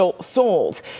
sold